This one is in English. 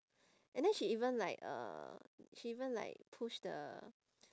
and then she even like uh she even like push the